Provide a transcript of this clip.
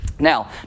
Now